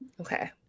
Okay